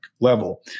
level